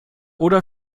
oder